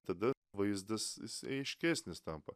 tada vaizdas jisai aiškesnis tampa